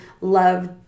love